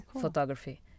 photography